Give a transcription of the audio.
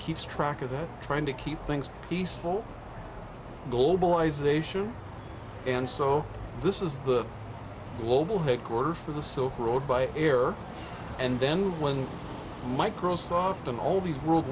keeps track of that trying to keep things peaceful globalization and so this is the global headquarter for the so rode by air and then when microsoft and all these world